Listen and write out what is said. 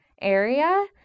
area